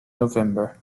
november